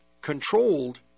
controlled